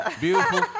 Beautiful